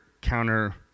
counter